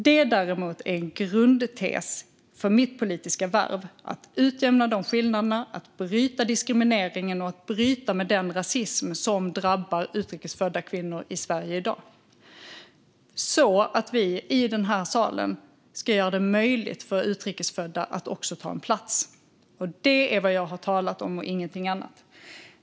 Det är en grundtes för mitt politiska värv att utjämna de skillnaderna och att bryta diskrimineringen och bryta den rasism som drabbar utrikes födda kvinnor i Sverige i dag så att vi i den här salen gör det möjligt också för utrikes födda att ta plats. Det är vad jag har talat om och ingenting annat.